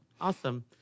Awesome